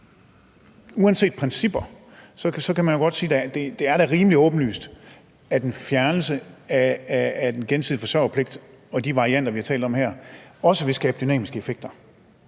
Uanset principper kan man jo godt sige, at det da er rimelig åbenlyst, at en fjernelse af den gensidige forsørgerpligt og de varianter, vi har talt om her, også vil skabe dynamiske effekter.